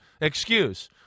excuse